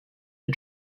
and